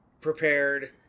prepared